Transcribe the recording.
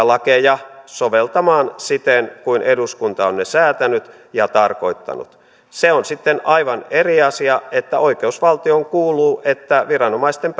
lakeja soveltamaan siten kuin eduskunta on ne säätänyt ja tarkoittanut se on sitten aivan eri asia että oikeusvaltioon kuuluu että viranomaisten